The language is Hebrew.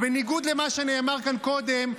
בניגוד למה שנאמר כאן קודם,